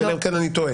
אלא אם כן אני טועה.